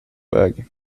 väg